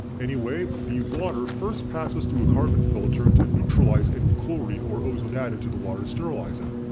anyway, the water first passes through a carbon filter to neutralize any chlorine or ozone added to the water to sterilize it.